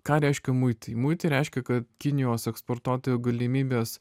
ką reiškia muitai muitai reiškia kad kinijos eksportuotojų galimybės